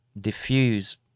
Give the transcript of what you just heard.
diffuse